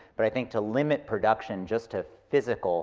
but i think to limit production just to physical